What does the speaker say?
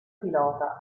pilota